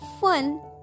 fun